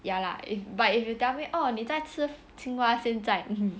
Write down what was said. ya lah if but if you tell me oh 你在吃青蛙现在